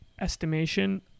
estimation